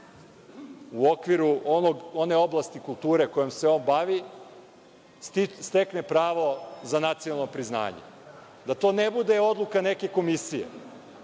u okviru one oblasti kulture kojom se on bavi stekne pravo za nacionalno priznanje, da to ne bude odluka neke komisije,